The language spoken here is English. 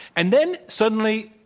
and then, suddenly,